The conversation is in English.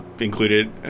Included